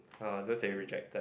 ah those that you rejected